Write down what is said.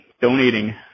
donating